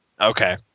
okay